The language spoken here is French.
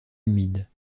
humides